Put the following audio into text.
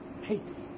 hates